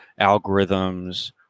algorithms